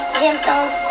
gemstones